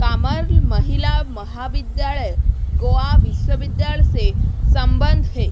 Carmel महिला महाविद्यालय गोवा विश्वविद्यालय से संबंध है